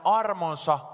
armonsa